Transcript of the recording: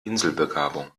inselbegabung